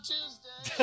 Tuesday